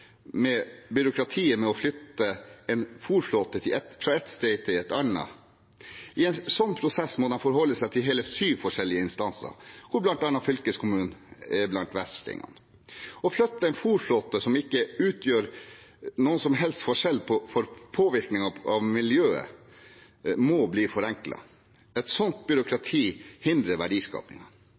med, og byråkratiet med, å flytte en fôrflåte fra et sted til et annet. I en slik prosess må de forholde seg til hele syv forskjellige instanser, hvor bl.a. fylkeskommunen er blant verstingene. Å flytte en fôrflåte som ikke utgjør noen som helst forskjell for påvirkning på miljøet, må bli forenklet. Et slikt byråkrati hindrer